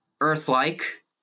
Earth-like